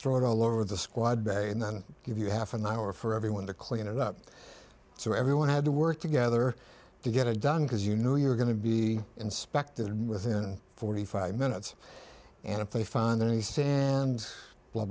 thrown all over the squad bed and then give you half an hour for everyone to clean it up so everyone had to work together to get it done because you knew you were going to be inspected within forty five minutes and if they find anything and blah